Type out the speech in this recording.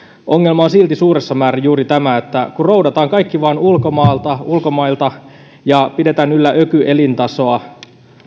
ongelma on silti suuressa määrin juuri se kun roudataan kaikki vain ulkomailta ulkomailta ja pidetään yllä ökyelintasoa